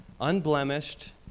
unblemished